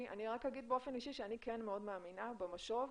אני אגיד באופן אישי שאני מאוד מאמינה במשוב,